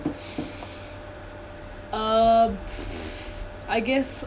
uh I guess